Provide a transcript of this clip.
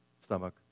stomach